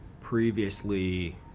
previously